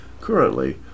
Currently